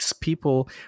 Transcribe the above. people